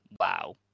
Wow